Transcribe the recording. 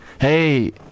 hey